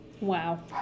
Wow